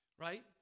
Right